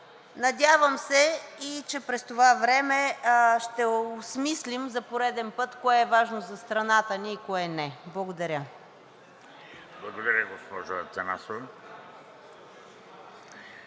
Надявам се и че през това време ще осмислим за пореден път кое е важно за страната ни и кое не. Благодаря. ПРЕДСЕДАТЕЛ ВЕЖДИ